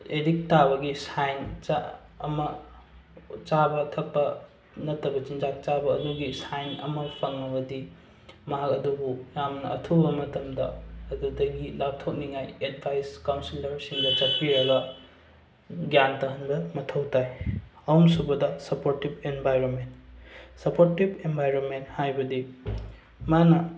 addict ꯇꯥꯕꯒꯤ sign ꯑꯃ ꯆꯥꯕ ꯊꯛꯄ ꯅꯠꯇꯕ ꯆꯤꯟꯖꯥꯛ ꯆꯥꯕ ꯑꯗꯨꯒꯤ ꯁꯥꯏꯟ ꯑꯃ ꯐꯪꯉꯕꯗꯤ ꯃꯍꯥꯛ ꯑꯗꯨꯕꯨ ꯌꯥꯝꯅ ꯑꯊꯨꯕ ꯃꯇꯝꯗ ꯑꯗꯨꯗꯒꯤ ꯂꯥꯞꯊꯣꯛꯅꯤꯉꯥꯏ ꯑꯦꯠꯚꯥꯏꯁ ꯀꯥꯎꯟꯁꯤꯂꯔꯁꯤꯡꯗ ꯆꯠꯄꯤꯔꯒ ꯒ꯭ꯌꯥꯟ ꯇꯥꯍꯟꯕ ꯃꯊꯧ ꯇꯥꯏ ꯑꯍꯨꯝꯁꯨꯕꯗ ꯁꯄꯣꯔꯇꯤꯞ ꯑꯦꯟꯚꯥꯏꯔꯣꯟꯃꯦꯟ ꯁꯄꯣꯔꯇꯤꯞ ꯑꯦꯟꯚꯥꯏꯔꯣꯟꯃꯦꯟ ꯍꯥꯏꯕꯗꯤ ꯃꯥꯅ